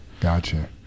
Gotcha